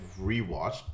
rewatched